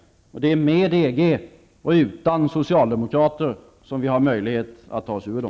Det är med EG och utan Socialdemokraterna som vi har möjlighet att ta oss ur dem.